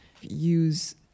use